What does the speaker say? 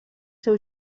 seu